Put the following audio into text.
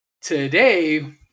today